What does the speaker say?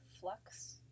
Flux